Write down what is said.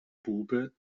bube